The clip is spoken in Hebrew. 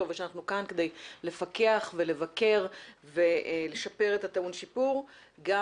ושאנחנו כאן כדי לפקח ולבקר ולשפר את הטעון שיפור גם